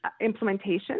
implementation